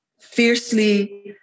fiercely